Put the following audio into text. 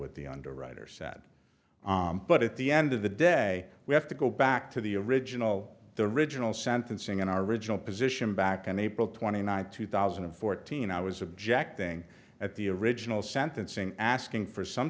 what the underwriters sad but at the end of the day we have to go back to the original the original sentencing in our original position back in april twenty ninth two thousand and fourteen i was objecting at the original sentencing asking for some